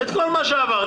ואת כל מה שעברתי,